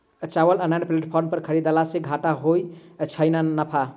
चावल online platform पर खरीदलासे घाटा होइ छै या नफा?